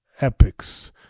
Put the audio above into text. Epics